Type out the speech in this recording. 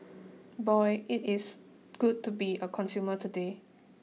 boy it is good to be a consumer today